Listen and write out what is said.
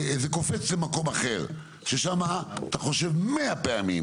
זה קופץ למקום אחר ששם אתה חושב 100 פעמים